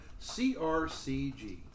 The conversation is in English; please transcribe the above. CRCG